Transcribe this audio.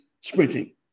sprinting